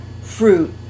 fruit